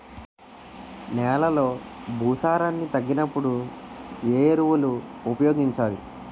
నెలలో భూసారాన్ని తగ్గినప్పుడు, ఏ ఎరువులు ఉపయోగించాలి?